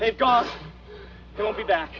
they've gone don't be back